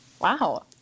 Wow